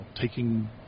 taking